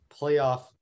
playoff